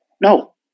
No